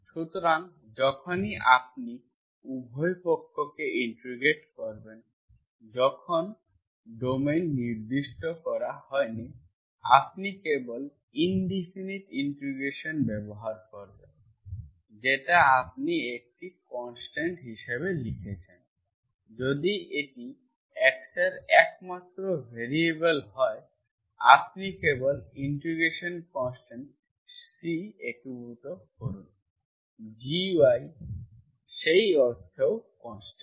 সুতরাং যখনই আপনি উভয় পক্ষকে ইন্টিগ্রেট করবেন যেখানে ডোমেইন নির্দিষ্ট করা হয়নি আপনি কেবল ইনডেফিনিট ইন্টিগ্রেশন ব্যবহার করবেন যেটা আপনি একটি কনস্ট্যান্ট হিসাবে লিখছেন যদি এটি x এর একমাত্র ভ্যারিয়েবল হয় আপনি কেবল ইন্টিগ্রেশন কনস্ট্যান্ট C একীভূত করুন gy সেই অর্থেও কনস্ট্যান্ট